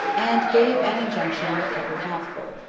and gave an injunction with every mouthful.